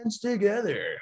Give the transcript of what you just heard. together